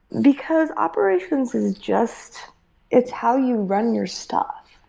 because operations is just it's how you run your stuff.